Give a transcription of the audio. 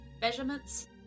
measurements